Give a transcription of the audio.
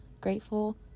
grateful